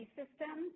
system